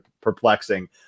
perplexing